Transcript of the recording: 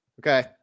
Okay